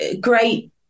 great